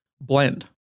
blend